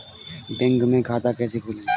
Bank में खाता कैसे खोलें?